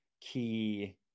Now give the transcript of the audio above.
key